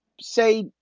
Say